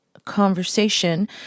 conversation